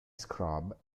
scrub